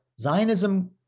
Zionism